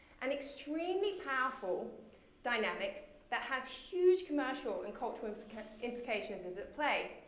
an extremely powerful dynamic that has huge commercial and cultural implications is at play.